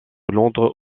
londres